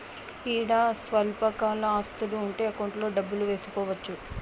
ఈడ స్వల్పకాల ఆస్తులు ఉంటే అకౌంట్లో డబ్బులు వేసుకోవచ్చు